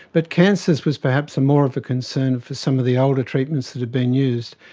but cancers was perhaps more of a concern for some of the older treatments that had been used.